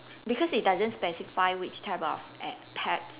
because it doesn't specify which type of a~ pets